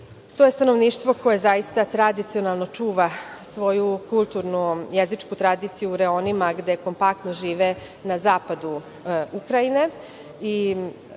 To je stanovništvo koje tradicionalno čuva svoju kulturnu jezičku tradiciju u reonima gde kompaktno žive na zapadu Ukrajine,